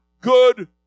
good